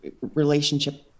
relationship